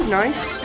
nice